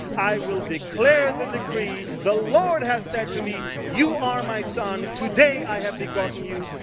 i will declare the decree. the lord has said to me, you are my son, today i have begotten you.